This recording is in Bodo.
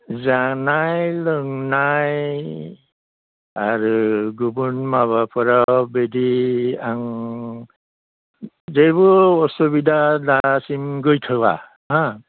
जानाय लोंनाय आरो गुबुन माबाफोराव बिदि आं जेबो असुबिदा दासिम गैथ'आ हा